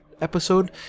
episode